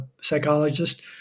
psychologist